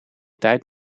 tijd